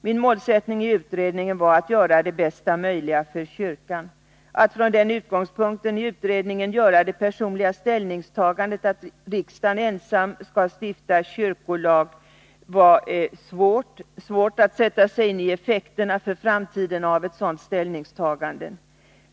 Min målsättning i utredningen var att göra det bästa möjliga för kyrkan. Att från den utgångspunkten i utredningen göra det personliga ställningstagandet att riksdagen ensam skall stifta kyrkolag var svårt. Det var svårt att sätta sig in i effekterna för framtiden av ett sådant ställningstagande.